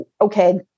okay